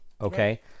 Okay